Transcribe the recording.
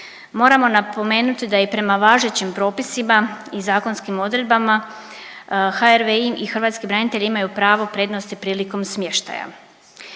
Moramo napomenuti da je i prema važećim propisima i zakonskim odredbama, HRVI i Hrvatski branitelji imaju pravo prednosti prilikom smještaja.